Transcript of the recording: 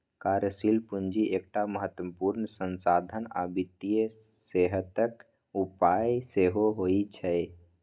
कार्यशील पूंजी एकटा महत्वपूर्ण संसाधन आ वित्तीय सेहतक उपाय सेहो होइ छै